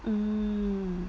um